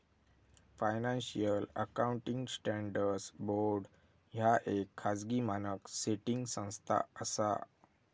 financial accounting standards board ह्या येक खाजगी मानक सेटिंग संस्था असा